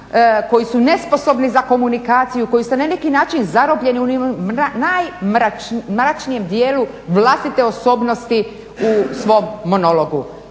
koji su nesposobni za komunikaciju, koji su na neki način zarobljeni u onim najmračnijem dijelu vlastite osobnosti u svom monologu.